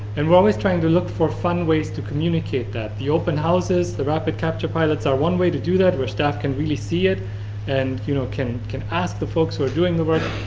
and we're always trying to look for fun ways to communicate that. the open houses, the rapid capture pilots are one way to do that where the staff can really see it and, you know, can can ask the folks who are doing the work.